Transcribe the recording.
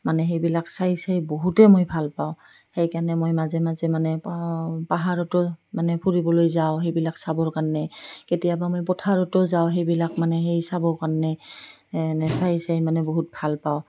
মানে সেইবিলাক চাই চাই বহুতেই মই ভাল পাওঁ সেইকাৰণে মই মাজে মাজে মানে প পাহাৰতো মানে ফুৰিবলৈ যাওঁ সেইবিলাক চাবৰ কাৰণে কেতিয়াবা মই পথাৰতো যাওঁ সেইবিলাক মানে সেই চাবৰ কাৰণে চাই চাই মানে বহুত ভাল পাওঁ